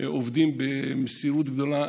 עובדים במסירות גדולה.